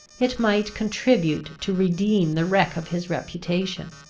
it might contribute to redeem the wreck of his reputation.